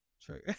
True